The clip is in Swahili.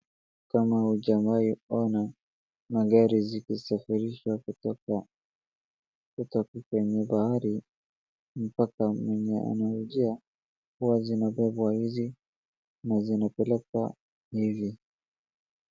Kama huja wahi ona magari zikisafirishwa kutoka kwenye bahari mpaka mwenye anaingia huwa zinabebwa hizi na zinapelekwa hivi.